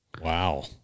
Wow